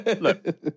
look